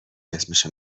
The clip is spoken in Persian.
اسمش